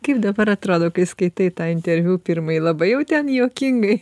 kaip dabar atrodo kai skaitai tą intervių pirmąjį labai jau ten juokingai